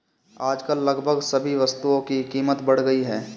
आजकल लगभग सभी वस्तुओं की कीमत बढ़ गई है